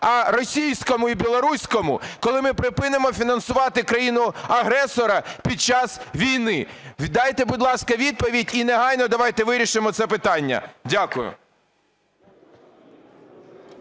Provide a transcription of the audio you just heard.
а російському і білоруському? Коли ми припинимо фінансувати країну-агресора під час війни? Дайте, будь ласка, відповідь і негайно давайте вирішимо ці питання. Дякую.